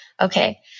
Okay